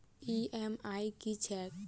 EMI की छैक?